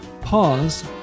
pause